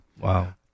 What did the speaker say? Wow